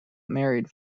married